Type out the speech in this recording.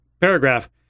paragraph